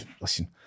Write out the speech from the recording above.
Listen